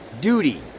duty